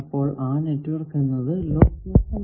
അപ്പോൾ ആ നെറ്റ്വർക്ക് എന്നത് ലോസ് ലെസ്സ് അല്ല